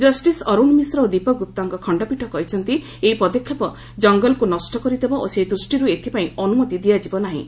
justice Arun Mishra ଓ ଦୀପକ ଗୁପ୍ତାଙ୍କ ଖଣ୍ଡପୀଠ କହିଛନ୍ତି ଏହି ପଦକ୍ଷେପ ଜଙ୍ଗଲକୁ ନଷ୍ଟ କରିଦେବ ଓ ସେ ଦୃଷ୍ଟିରୁ ଏଥିପାଇଁ ଅନୁମତି ଦିଆଯିବ ନାହିଁ